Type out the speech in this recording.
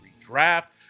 draft